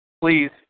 Please